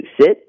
sit